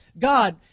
God